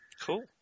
Cool